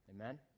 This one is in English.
Amen